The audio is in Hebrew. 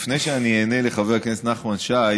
לפני שאני אענה לחבר הכנסת נחמן שי,